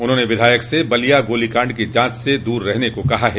उन्होंने विधायक से बलिया गोलीकांड की जांच से दूर रहने को कहा है